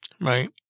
Right